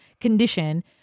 condition